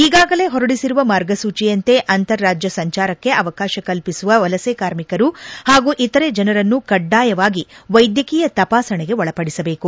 ಈಗಾಗಲೇ ಹೊರಡಿಸಿರುವ ಮಾರ್ಗಸೂಚಿಯಂತೆ ಅಂತಾರಾಜ್ಞ ಸಂಚಾರಕ್ಕೆ ಅವಕಾಶ ಕಲ್ಪಿಸುವ ವಲಸೆ ಕಾರ್ಮಿಕರು ಹಾಗೂ ಇತರೆ ಜನರನ್ನು ಕಡ್ಡಾಯವಾಗಿ ವೈದ್ಯಕೀಯ ತಪಾಸಣೆಗೆ ಒಳಪಡಿಸಬೇಕು